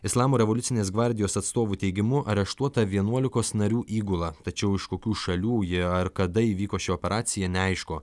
islamo revoliucinės gvardijos atstovų teigimu areštuota vienuolikos narių įgula tačiau iš kokių šalių jie ar kada įvyko ši operacija neaišku